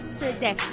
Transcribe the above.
today